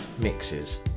mixes